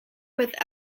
with